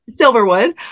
Silverwood